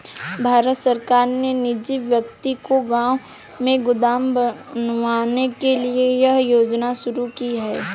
भारत सरकार ने निजी व्यक्ति को गांव में गोदाम बनवाने के लिए यह योजना शुरू की है